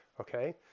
Okay